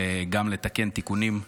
וגם לתקן תיקונים.